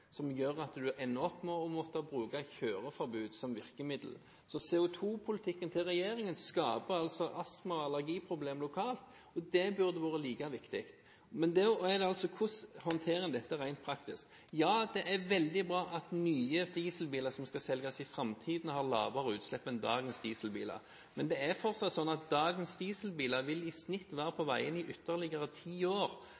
som gjør at en ender opp med å måtte bruke kjøreforbud som virkemiddel. Så CO2-politikken til regjeringen skaper altså astma- og allergiproblemer lokalt, og det burde vært like viktig. Men hvordan skal en håndtere dette rent praktisk? Ja, det er veldig bra at nye dieselbiler som skal selges i framtiden, har lavere utslipp enn dagens dieselbiler, men det er fortsatt sånn at dagens dieselbiler i snitt vil være